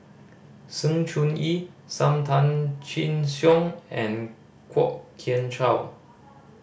Sng Choon Yee Sam Tan Chin Siong and Kwok Kian Chow